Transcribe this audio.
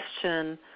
question